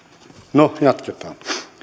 no jatketaan